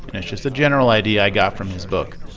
and it's just a general idea i got from his book.